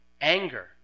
anger